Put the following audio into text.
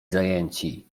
zajęci